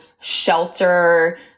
shelter